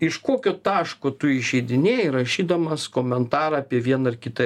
iš kokio taško tu išeidinėji rašydamas komentarą apie vieną ar kitą